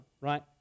right